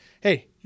hey